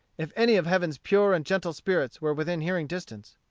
if any of heaven's pure and gentle spirits were within hearing distance.